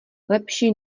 lepší